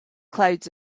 clouds